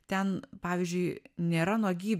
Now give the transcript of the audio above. ten pavyzdžiui nėra nuogybių